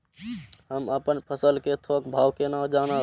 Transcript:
हम अपन फसल कै थौक भाव केना जानब?